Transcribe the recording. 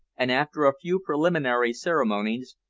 and, after a few preliminary ceremonies,